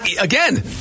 Again